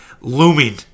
looming